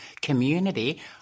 community